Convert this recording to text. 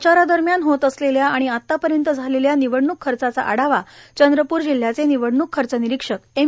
प्रचारादरम्यान होत असलेल्या आणि आतापर्यंत झालेल्या निवडणूक खर्चाचा आढावा चंद्रपूर जिल्ह्याचे निवडणूक खर्च निरीक्षक एम